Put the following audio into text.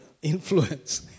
Influence